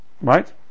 right